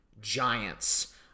Giants